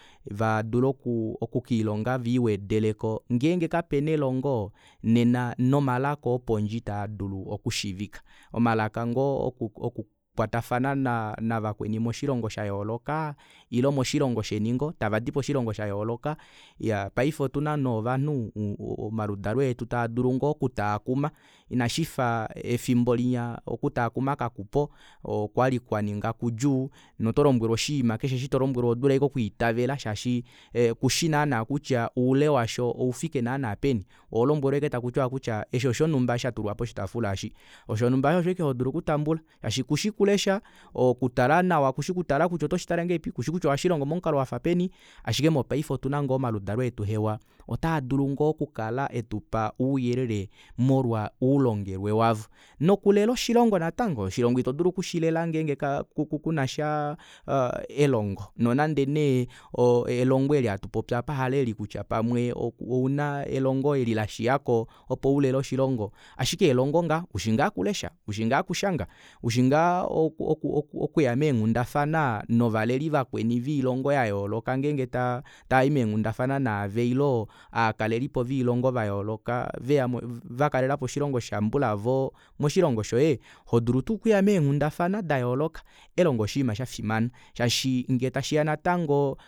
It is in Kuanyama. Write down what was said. Vaadule okuu okukilonga viiwedeleko ngeenge kapena elongo nena nomalaka opondje itaadulu okushiivika omalaka ngoo okukwatafana navakweni moshilongo shayooloka ile moshilongo sheni ngoo tavadi poshilongo shayooloka iyaa paife otuna nee ovanhu omaludalo eetu taadulu ngoo okutaakuma inashifa efimbo linya okutaakuma kakupo okwali kwaninga kudjuu notolombwelwa oshiima keshe osho tolombwelwa ohodulu aike okwiitavela shaashi kushi naana kutya oule washo oufike naana peni oholombwelwa ashike takutiwa kutya eshi oshonumba eshi shatulwa poshitaafula eshi shonumba aasho osho aike hodulu okutambula shaashi kushi kulesha okutala nawa kushi kutya otoshitale ngahelipi kushikutya ohashilongo momukalo wafa peni ashike paife otuna ngoo omaludalo etu hewa otaadulu ngoo okukala etupa ouyelele molwa oulongelwe wavo nokulela oshilongo natango oshilongo ito dulu okushilela ngenge kunasha elongo nonande nee elongo eli hatu popi apa halile lokutya ouna elongo eli lashiyako opo ulele oshilongo ashike elongo ngoo ushingoo okulesha ushi ngaa okushanga ushingaa oku oku okuya meenghundafana novaleli vakweni viilongo yayooloka ngenge tayi meenghundafana naave ilo aakalelipo voilongo yayooloka veya mo vakalelapo oshilongo shambulavo moshilongo shoye voo hoodulu tuu okuya meenghundafana dayooloka elongo oshinima shafimana shaashi ngee tashiya natango